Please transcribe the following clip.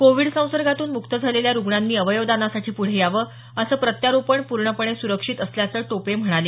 Covid संसर्गातून मुक्त झालेल्या रुग्णांनी अवयवदानासाठी पुढे यावं असं प्रत्यारोपण पूर्णपणे सुरक्षित असल्याचं टोपे म्हणाले